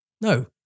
No